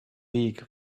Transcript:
league